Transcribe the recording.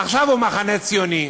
עכשיו הוא מחנה ציוני.